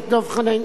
לבירור.